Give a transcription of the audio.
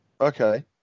Okay